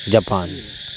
Japan